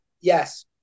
yes